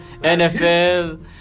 NFL